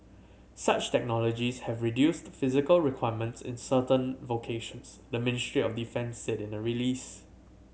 such technologies have reduced physical requirements in certain vocations the Ministry of Defence said in a release